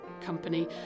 company